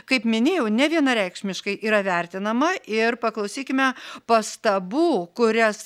kaip minėjau nevienareikšmiškai yra vertinama ir paklausykime pastabų kurias